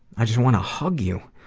i just wanna hug you.